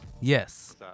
Yes